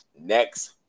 next